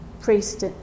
priest